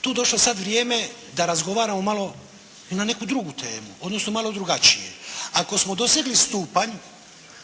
tu došlo sad vrijeme da razgovaramo malo i na neku drugu temu odnosno malo drugačije. Ako smo dosegli stupanj